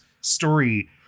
story